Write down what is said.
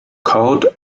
cord